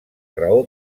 raó